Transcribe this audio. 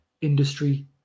industry